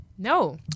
No